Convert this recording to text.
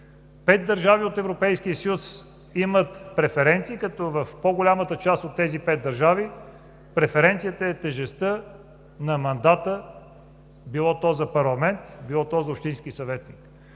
Пет държави от Европейския съюз имат преференции, като в по-голямата част от тези пет държави преференцията е тежестта на мандата било то за парламент, било то за общински съветник,